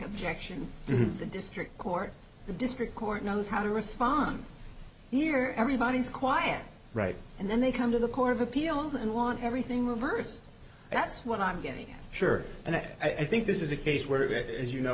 objections to the district court the district court knows how to respond here everybody is quiet right and then they come to the court of appeals and want everything reversed that's what i'm getting sure and that i think this is a case where it is you know